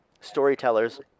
storytellers